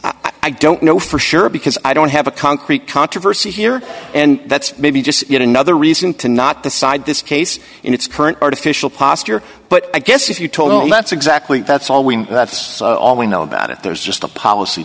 i don't know for sure because i don't have a concrete controversy here and that's maybe just yet another reason to not decide this case in its current artificial posture but i guess if you told all that's exactly that's all we know that's all we know about it there's just a policy